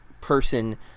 person